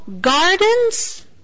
gardens